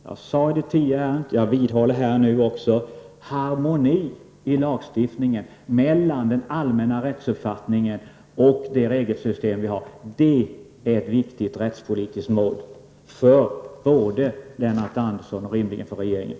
Jag har tidigare sagt, och jag upprepar det, att det är ett viktigt rättspolitiskt mål att det råder harmoni i lagstiftningen mellan den allmänna rättsuppfattningen och det regelsystem som finns. Det gäller även för Lennart Andersson och rimligen också för regeringen!